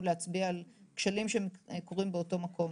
להצביע על כשלים שקורים באותו מקום.